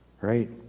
right